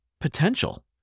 potential